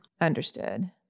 Understood